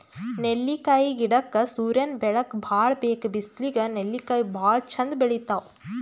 ನೆಲ್ಲಿಕಾಯಿ ಗಿಡಕ್ಕ್ ಸೂರ್ಯನ್ ಬೆಳಕ್ ಭಾಳ್ ಬೇಕ್ ಬಿಸ್ಲಿಗ್ ನೆಲ್ಲಿಕಾಯಿ ಭಾಳ್ ಚಂದ್ ಬೆಳಿತಾವ್